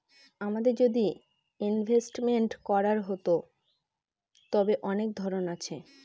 আমাদের যদি ইনভেস্টমেন্ট করার হতো, তবে অনেক ধরন আছে